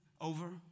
over